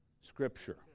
Scripture